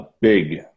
Big